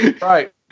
right